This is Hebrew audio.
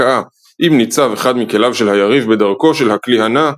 הכאה אם ניצב אחד מכליו של היריב בדרכו של הכלי הנע,